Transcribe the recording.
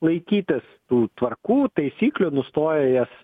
laikytis tų tvarkų taisyklių nustoja jas